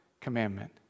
commandment